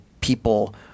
people